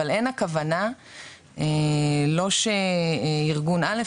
אבל אין הכוונה לא שארגון א',